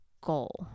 goal